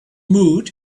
mood